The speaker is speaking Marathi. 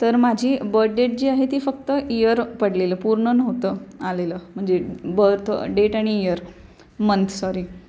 तर माझी बद डेट जी आहे ती फक्त इयर पडलेलं पूर्ण नव्हतं आलेलं म्हणजे बर्थ डेट आणि इयर मंथ सॉरी